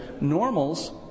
normals